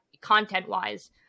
content-wise